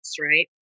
right